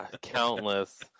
countless